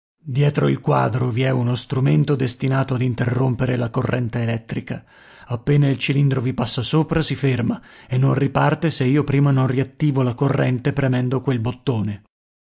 dietro il quadro vi è uno strumento destinato ad interrompere la corrente elettrica appena il cilindro vi passa sopra si ferma e non riparte se io prima non riattivo la corrente premendo quel bottone